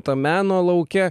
tam meno lauke